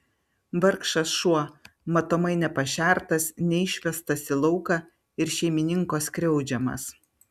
vargšas šuo matomai nepašertas neišvestas į lauką ir šeimininko skriaudžiamas